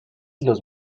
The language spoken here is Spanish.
los